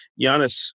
Giannis